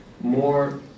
More